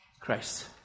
Christ